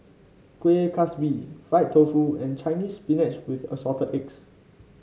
Kuih Kaswi Fried Tofu and Chinese Spinach with Assorted Eggs